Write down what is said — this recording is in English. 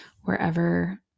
wherever